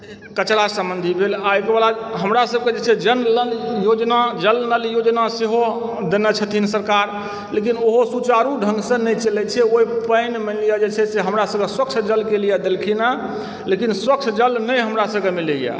कचरा संबन्धी भेल एहिके बाद हमरा सभके जे छै जल नल योजना जल नल योजना सेहो देने छथिन सरकार लेकिन ओहो सुचारु ढ़ंगसँ नहि चलैत छै ओहि पानिमे मानि लिअ जे छै से हमरासभके स्वच्छ जलके लिय देलखिन हँ लेकिन स्वच्छ जल हमरासभके नहि मिलयए